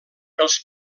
els